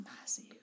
massive